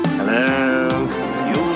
Hello